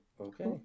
Okay